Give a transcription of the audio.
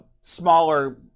smaller